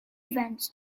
events